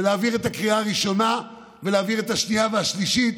ולהעביר את הקריאה הראשונה ולהעביר את השנייה והשלישית.